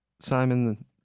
Simon